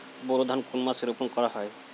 বোরো ধান কোন মাসে রোপণ করা হয়?